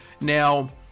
Now